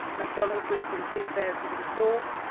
mcdonald reef in two thousand and four,